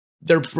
they're-